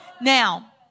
Now